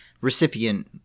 recipient